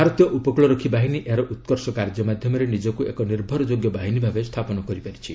ଭାରତୀୟ ଉପକୂଳରକ୍ଷୀ ବାହିନୀ ଏହାର ଉତ୍କର୍ଷ କାର୍ଯ୍ୟ ମାଧ୍ୟମରେ ନିଜକୁ ଏକ ନିର୍ଭରଯୋଗ୍ୟ ବାହିନୀ ଭାବେ ସ୍ଥାପନ କରିପାରିଛି